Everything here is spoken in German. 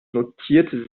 notierte